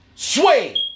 Sway